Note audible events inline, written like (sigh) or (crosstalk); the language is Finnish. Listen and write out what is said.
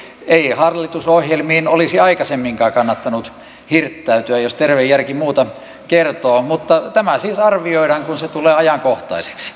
ei hallitusohjelmiin olisi aikaisemminkaan kannattanut hirttäytyä jos terve järki muuta kertoo mutta tämä siis arvioidaan kun se tulee ajankohtaiseksi (unintelligible)